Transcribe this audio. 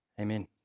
Amen